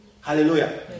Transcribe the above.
hallelujah